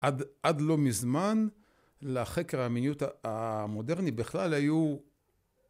עד לא מזמן לחקר המיניות המודרני בכלל היו